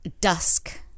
dusk